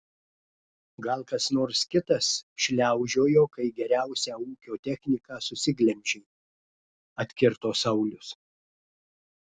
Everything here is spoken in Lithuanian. gal kas nors kitas šliaužiojo kai geriausią ūkio techniką susiglemžei atkirto saulius